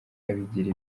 abigira